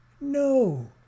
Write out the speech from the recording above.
No